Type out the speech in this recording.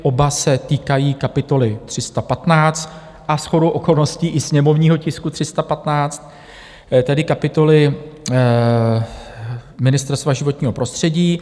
Oba se týkají kapitoly 315 a shodou okolností i sněmovního tisku 315, tedy kapitoly Ministerstva životního prostředí.